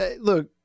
Look